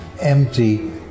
empty